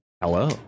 Hello